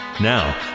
Now